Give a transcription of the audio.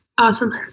Awesome